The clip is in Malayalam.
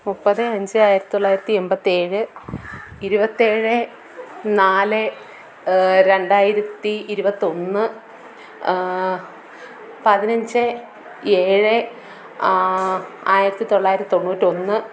മുപ്പത് അഞ്ച് ആയിരത്തിത്തൊള്ളായിരത്തി എമ്പത്തേഴ് ഇരുപത്തേഴ് നാല് രണ്ടായിരത്തി ഇരുപത്തൊന്ന് പതിനഞ്ച് ഏഴ് ആയിരത്തിത്തൊള്ളായിരത്തി തൊണ്ണൂറ്റൊന്ന്